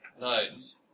names